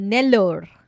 Nellore